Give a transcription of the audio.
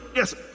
yes,